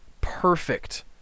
perfect